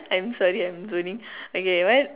I'm sorry I'm zoning okay what